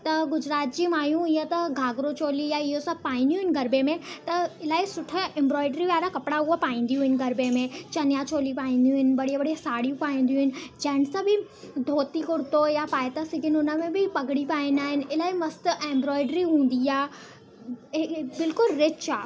त गुजरात जी मायूं ईअं त घाघरो चोली या इहो सभु पाईंदियूं आहिनि गरबे में त इलाही सुठे इम्ब्रोइड्री वारा कपिड़ा उहे पाईंदियूं आहिनि गरबे में चनिया चोली पाईंदियूं आहिनि बढ़िया बढ़िया साड़ियूं पाईंदियूं आहिनि जेंट्स बि धोती कुरतो या पाए था सघनि उन में बि पगड़ी पाईंदा आहिनि इलाही मस्तु ऐं इम्ब्रोइड्री हूंदी आहे ऐं बिल्कुलु रिच आहे